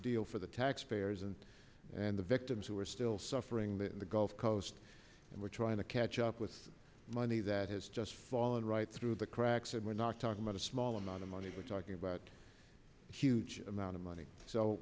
deal for the taxpayers and and the victims who are still suffering the gulf coast and we're trying to catch up with money that has just fallen right through the cracks and we're not talking about a small amount of money but talking about a huge amount of money so